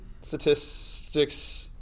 statistics